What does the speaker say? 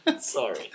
Sorry